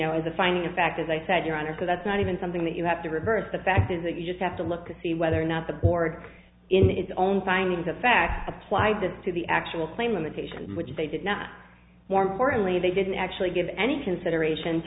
know as a finding of fact as i said your honor because that's not even something that you have to reverse the fact is that you just have to look to see whether or not the board in its own findings of fact applied that to the actual plane limitations which they did not more importantly they didn't actually give any consideration